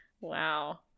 Wow